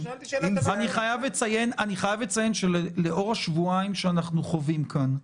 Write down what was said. אני חייב לציין שלאור השבועיים שאנחנו חווים כאן,